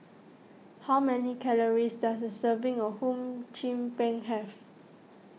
how many calories does a serving of Hum Chim Peng have